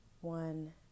one